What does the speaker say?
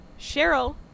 Cheryl